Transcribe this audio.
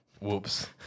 whoops